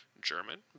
German